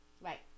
Right